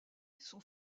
sont